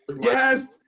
Yes